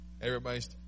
Everybody's